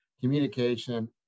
communication